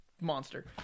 monster